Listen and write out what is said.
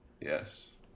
Yes